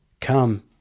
Come